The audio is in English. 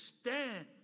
stand